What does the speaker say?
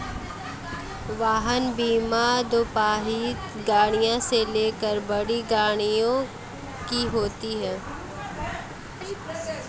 वाहन बीमा दोपहिया गाड़ी से लेकर बड़ी गाड़ियों की होती है